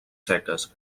seques